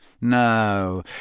No